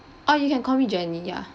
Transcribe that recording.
oh you can call me jenny ya